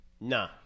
Nah